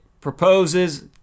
proposes